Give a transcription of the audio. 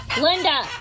Linda